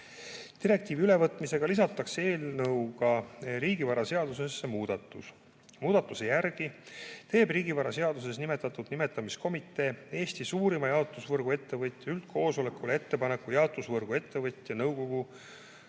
Direktiivi ülevõtmisega lisatakse eelnõuga riigivaraseadusesse muudatus. Muudatuse järgi teeb riigivaraseaduses nimetatud nimetamiskomitee Eesti suurima jaotusvõrgu ettevõtja üldkoosolekul ettepaneku jaotusvõrgu ettevõtja nõukogu